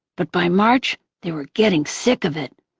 but by march they were getting sick of it.